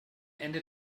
ende